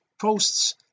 posts